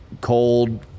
cold